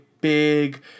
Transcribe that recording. big